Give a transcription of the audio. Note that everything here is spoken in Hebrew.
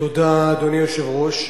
אדוני היושב-ראש,